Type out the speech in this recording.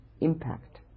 impact